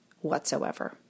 whatsoever